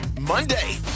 Monday